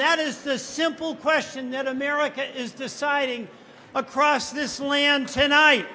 that is the simple question that america is deciding across this land tonight